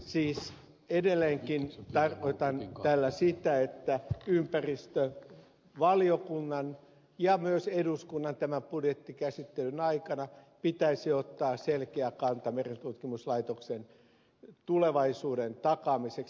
siis edelleenkin tarkoitan tällä sitä että ympäristövaliokunnan ja myös eduskunnan tämän budjettikäsittelyn aikana pitäisi ottaa selkeä kanta merentutkimuslaitoksen tulevaisuuden takaamiseksi